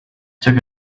took